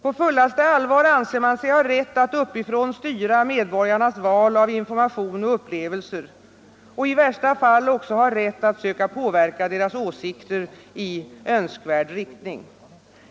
På fullaste allvar anser man sig ha rätt att uppifrån styra medborgarnas val av information och upplevelser — och i värsta fall också ha rätt att söka påverka deras åsikter i ”önskvärd” riktning.